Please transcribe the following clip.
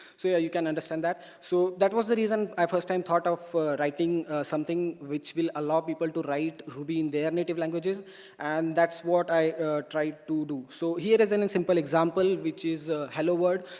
so yeah you can understand that. so that was the reason i firsthand thought of writing something which will allow people to write ruby in their native languages and that's what i tried to do. so, here is a and simple example which is a hello word.